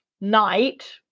night